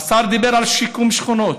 השר דיבר על שיקום שכונות.